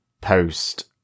post